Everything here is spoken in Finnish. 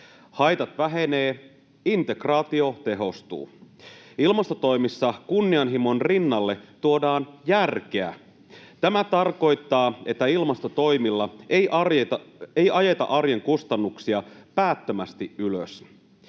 haitat vähenevät, integraatio tehostuu. Ilmastotoimissa kunnianhimon rinnalle tuodaan järkeä. Tämä tarkoittaa, että ilmastotoimilla ei ajeta arjen kustannuksia päättömästi ylös.